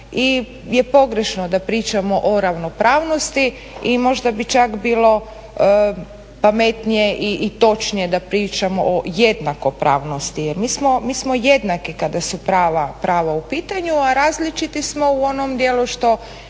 je pogrešno da pričamo o ravnopravnosti i možda bi čak bilo pametnije i točnije da pričamo o jednakopravnosti. Jer mi smo jednaki kada su prava u pitanju, a različiti smo u onom dijelu što